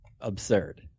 absurd